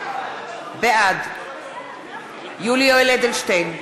בעד יולי יואל אדלשטיין,